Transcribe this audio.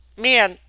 man